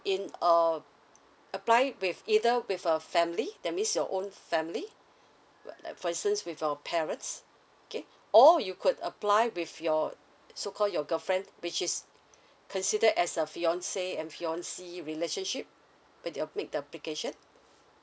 in um apply it with either with a family that means your own family w~ like for instance with your parents okay or you could apply with your so called your girlfriend which is considered as a fiancé and fiancée relationship with your click the application